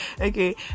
Okay